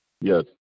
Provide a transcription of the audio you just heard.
Yes